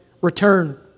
return